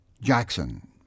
Jackson